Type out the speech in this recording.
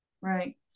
right